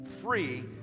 Free